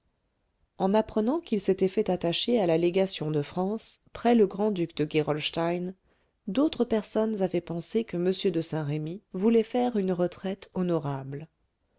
en apprenant qu'il s'était fait attacher à la légation de france près le grand-duc de gerolstein d'autres personnes avaient pensé que m de saint-remy voulait faire une retraite honorable